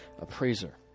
appraiser